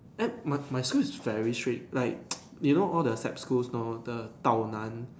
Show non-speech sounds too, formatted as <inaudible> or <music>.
eh my my school is very strict like <noise> you know all the S_A_P schools know the Tao Nan